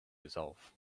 resolve